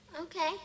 Okay